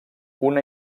una